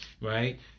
right